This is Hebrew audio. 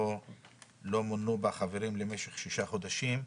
או לא מונו בה חברים למשך שישה חודשים.